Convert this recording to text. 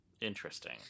Interesting